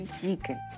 chicken